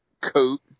coat